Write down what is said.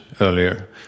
earlier